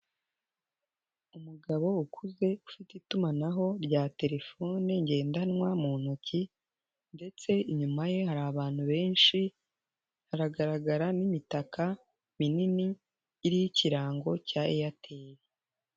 Umugabo ukuze, ufite itumanaho rya terefone ngendanwa mu ntoki ndetse inyuma ye hari abantu benshi, haragaragara n'imitaka minini iriho ikirango cya Airtel.